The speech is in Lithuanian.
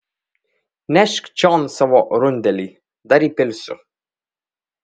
nešk čion savo rundelį dar įpilsiu